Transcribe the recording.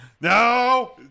no